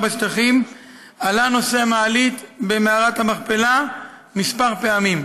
בשטחים עלה נושא המעלית במערת המכפלה כמה פעמים.